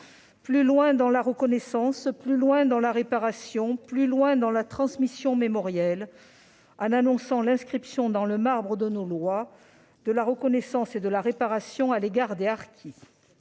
plus loin dans la reconnaissance, plus loin dans la réparation, plus loin dans la transmission mémorielle -, en annonçant l'inscription dans le marbre de nos lois de la reconnaissance et de la réparation à l'égard des harkis.